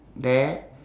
there